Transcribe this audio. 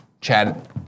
Chad